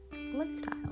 lifestyle